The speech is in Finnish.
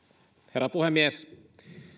herra puhemies